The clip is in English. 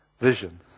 vision